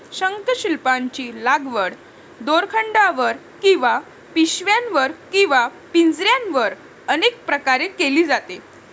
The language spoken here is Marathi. शंखशिंपल्यांची लागवड दोरखंडावर किंवा पिशव्यांवर किंवा पिंजऱ्यांवर अनेक प्रकारे केली जाते